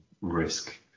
risk